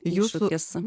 jūsų naujas